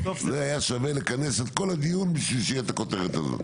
היה שווה לכנס את כל הדיון בשביל שתהיה את הכותרת הזאת.